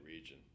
region